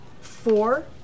four